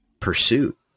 pursuit